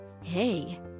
Hey